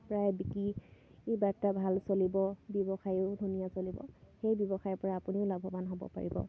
প্ৰায় বিক্ৰী বাৰ্তা ভাল চলিব ব্যৱসায়ো ধুনীয়া চলিব সেই ব্যৱসায়ৰপৰা আপুনিও লাভৱান হ'ব পাৰিব